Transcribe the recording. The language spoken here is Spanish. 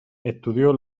estudió